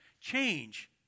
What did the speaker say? change